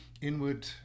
inward